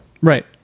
Right